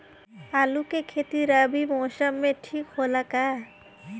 आलू के खेती रबी मौसम में ठीक होला का?